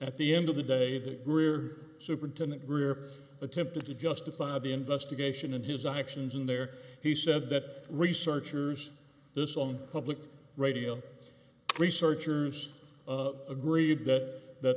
at the end of the day that greer superintendent greer attempted to justify the investigation and his actions in there he said that researchers this on public radio researchers agreed that